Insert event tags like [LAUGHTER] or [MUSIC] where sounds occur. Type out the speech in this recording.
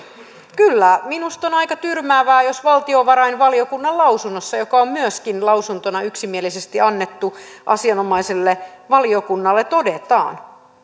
minusta on aika tyrmäävää jos valtiovarainvaliokunnan lausunnossa joka on myöskin lausuntona yksimielisesti annettu asianomaiselle valiokunnalle todetaan [UNINTELLIGIBLE]